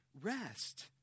rest